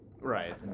Right